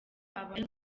abaye